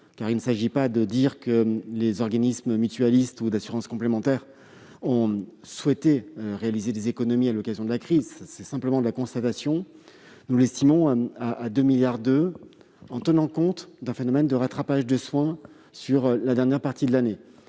il ne s'agit pas de dire que les organismes mutualistes ou d'assurance complémentaire ont souhaité réaliser des économies à l'occasion de la crise, nous faisons simplement cette constatation -à 2,2 milliards d'euros, en tenant compte d'un phénomène de rattrapage des soins sur la dernière partie de l'année.